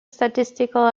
statistical